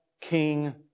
King